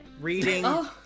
reading